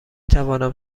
توانم